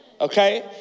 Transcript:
Okay